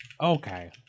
Okay